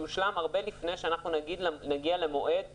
יושלם הרבה לפני שאנחנו נגיע למועד התחולה,